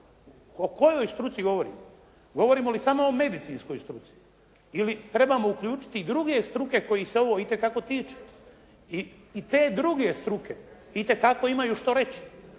O kojoj struci govori? Govorimo li samo o medicinskoj struci ili trebamo uključiti i druge struke kojih se ovo itekako tiče? I te druge struke itekako imaju što reći.